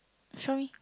show me